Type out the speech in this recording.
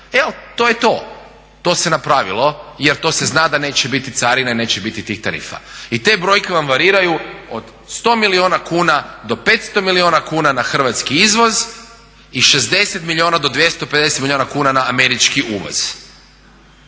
to je to. To se napravilo jer to se zna da neće biti carine i neće biti tih tarifa i te brojke vam variraju od 100 milijuna kuna do 500 milijuna kuna na hrvatski izvoz i 60 milijuna do 250 milijuna kuna na američki uvoz,